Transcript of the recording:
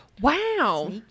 wow